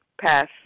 Pass